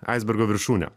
aisbergo viršūnė